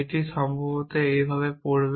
এটি সম্ভবত এটি এইভাবে পড়বে